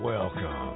Welcome